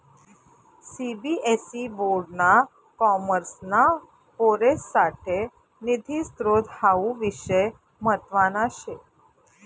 CBSE board ना कॉमर्सना पोरेससाठे निधी स्त्रोत हावू विषय म्हतवाना शे